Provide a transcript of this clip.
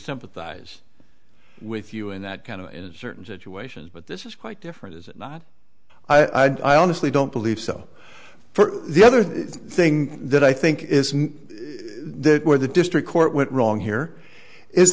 sympathize with you and that kind of in certain situations but this is quite different is it not i honestly don't believe so for the other thing that i think is there where the district court went wrong here is